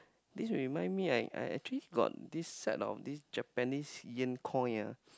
this remind I I actually got this set of this Japaneses yen coin ah